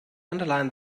underline